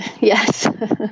Yes